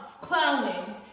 Clowning